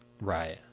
Right